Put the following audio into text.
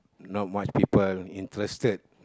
not much people interested